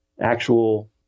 actual